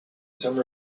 some